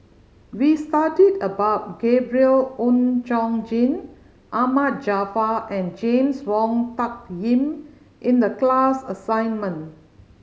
we studied about Gabriel Oon Chong Jin Ahmad Jaafar and James Wong Tuck Yim in the class assignment